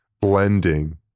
blending